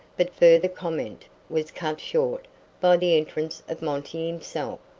but further comment was cut short by the entrance of monty himself,